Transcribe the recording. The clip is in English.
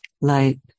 light